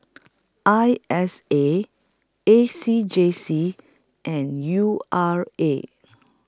I S A A C J C and U R A